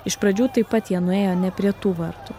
iš pradžių taip pat jie nuėjo ne prie tų vartų